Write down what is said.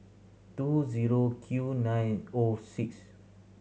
two zero Q nine O six